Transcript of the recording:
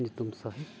ᱧᱩᱛᱩᱢ ᱥᱚᱦᱤᱛ